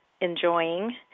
enjoying